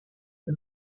the